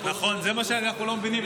נכון, זה מה שאנחנו לא מבינים.